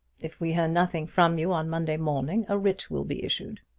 if we hear nothing from you on monday morning a writ will be issued.